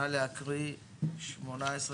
נא להקריא את סעיפים 18,